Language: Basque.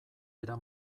era